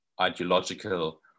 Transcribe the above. ideological